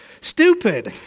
stupid